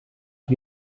lui